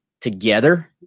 together